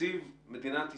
בתקציב מדינת ישראל,